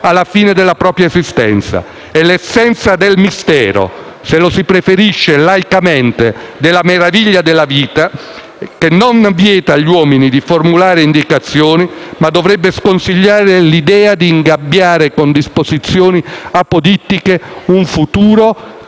alla fine della propria esistenza. È l'essenza del mistero - se lo si preferisce, laicamente, della meraviglia della vita - che non vieta di formulare indicazioni, ma dovrebbe sconsigliare l'idea di ingabbiare con disposizioni apodittiche un futuro